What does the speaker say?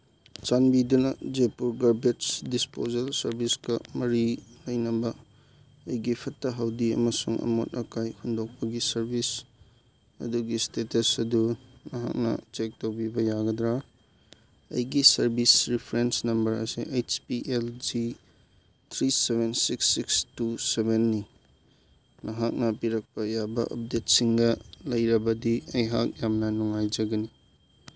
ꯆꯥꯟꯕꯤꯗꯨꯅ Jaipur garbage disposal ꯁꯔꯚꯤꯁꯀ ꯃꯔꯤ ꯂꯩꯅꯕ ꯑꯩꯒꯤ ꯐꯠꯇ ꯍꯥꯎꯗꯤ ꯑꯃꯁꯨꯡ ꯑꯃꯣꯠ ꯑꯀꯥꯏ ꯍꯨꯟꯗꯣꯛꯄꯒꯤ ꯁꯔꯚꯤꯁ ꯑꯗꯨꯒꯤ ꯏꯁꯇꯦꯇꯁ ꯑꯗꯨ ꯅꯍꯥꯛꯅ ꯆꯦꯛ ꯇꯧꯕꯤꯕ ꯌꯥꯒꯗ꯭ꯔꯥ ꯑꯩꯒꯤ ꯁꯔꯚꯤꯁ ꯔꯦꯐ꯭ꯔꯦꯟꯁ ꯅꯝꯕꯔ ꯑꯁꯤ H P L G three seven six six two ꯁꯚꯦꯟꯅꯤ ꯅꯍꯥꯛꯅ ꯄꯤꯔꯛꯄ ꯌꯥꯕ ꯑꯞꯗꯦꯠꯁꯤꯡꯒ ꯂꯩꯔꯕꯗꯤ ꯑꯩꯍꯥꯛ ꯌꯥꯝꯅ ꯅꯨꯡꯉꯥꯏꯖꯒꯅꯤ